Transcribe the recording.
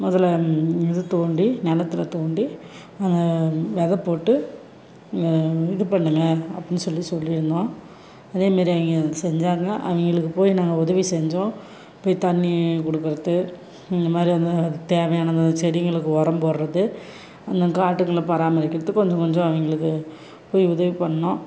முதல்ல இது தோண்டி நிலத்துல தோண்டி அந்த வெதை போட்டு இது பண்ணுங்க அப்டின்னு சொல்லி சொல்லிருந்தோம் அதேமாரி அவங்க செஞ்சாங்க அவங்களுக்கு போயி நாங்கள் உதவி செஞ்சோம் போய் தண்ணி கொடுக்கறது இந்த மாதிரி வந்து அதுக்கு தேவையான அந்த செடிங்களுக்கு உரம் போடுறது அந்த காட்டுங்கள பராமரிக்கிறது கொஞ்சம் கொஞ்சம் அவங்களுக்கு போய் உதவி பண்ணிணோம்